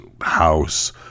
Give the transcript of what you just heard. house